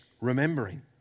remembering